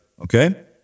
Okay